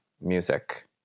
music